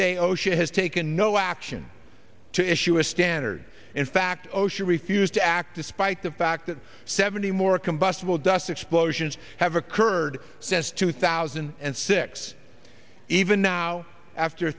day osha has taken no action to issue a standard in fact osha refused to act despite the fact that seventy more combustible dust explosions have occurred since two thousand and six even now after